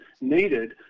needed